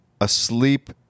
asleep